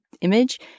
image